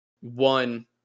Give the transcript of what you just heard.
one